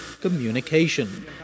Communication